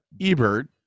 Ebert